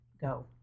go